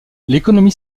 l’économie